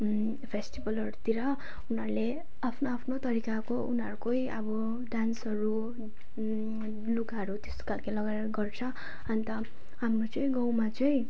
फेस्टिबलहरूतिर उनीहरूले आफ्नो आफ्नो तरिकाको उनीहरूकै अब डान्सहरू लुगाहरू त्यस्तो खालके लगाएर गर्छ अन्त हाम्रो चाहिँ गाउँमा चाहिँ